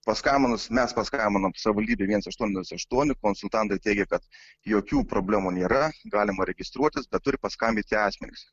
paskambinus mes paskambinom savivaldybei viens aštuoni nulis aštuoni konsultantai teigė kad jokių problemų nėra galima registruotis bet turi paskambinti asmenys